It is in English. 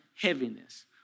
heaviness